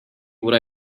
what